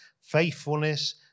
faithfulness